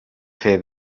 fer